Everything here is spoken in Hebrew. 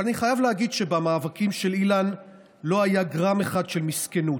אבל אני חייב להגיד שבמאבקים של אילן לא היה גרם אחד של מסכנות.